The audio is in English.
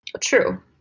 true